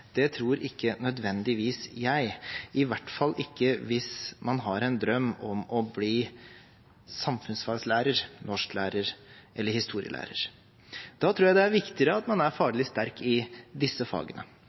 Det tror ikke nødvendigvis jeg, i hvert fall ikke hvis man har en drøm om å bli samfunnsfaglærer, norsklærer eller historielærer. Da tror jeg det er viktigere at man er faglig sterk i disse fagene,